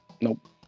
Nope